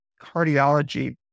cardiology